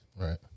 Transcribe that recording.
Right